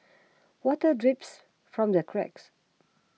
water drips from the cracks